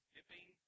Dipping